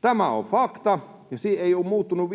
Tämä on fakta, ja se ei ole muuttunut